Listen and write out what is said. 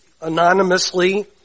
anonymously